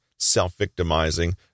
self-victimizing